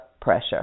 pressure